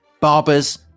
Barbers